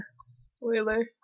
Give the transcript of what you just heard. Spoiler